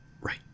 Right